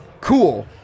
Cool